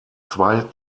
zwei